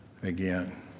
Again